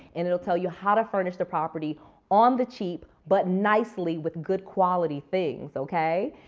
and it'll tell you how to furnish the property on the cheap but nicely with good quality things, okay?